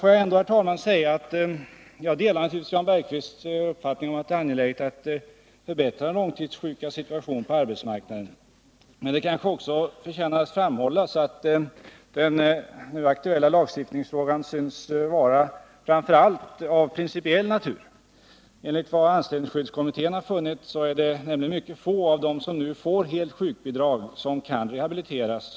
Får jag, herr talman, ändå säga att jag naturligtvis delar Jan Bergqvists uppfattning att det är angeläget att förbättra de långtidssjukas situation på arbetsmarknaden, men det förtjänar kanske också att framhållas att den nu aktuella lagstiftningsfrågan framför allt synes vara av principiell natur. Enligt vad anställningsskyddskommittén har funnit är det nämligen mycket få av dem som får helt sjukbidrag som kan rehabiliteras.